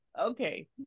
Okay